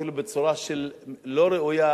אפילו בצורה לא ראויה,